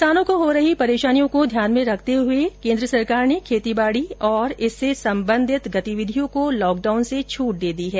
किसानों को हो रही परेशानियों को ध्यान में रखते हुए सरकार ने खेती बाड़ी और इससे संबंधित गतिविधियों को लॉकडाउन से छूट देदी है